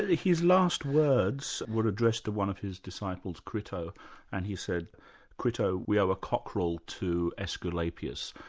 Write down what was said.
ah his last words were addressed to one of his disciples crito and he said crito we are a cockerel to escalapius.